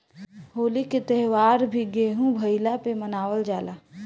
होली के त्यौहार भी गेंहू भईला पे मनावल जाला